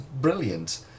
brilliant